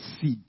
seed